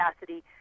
capacity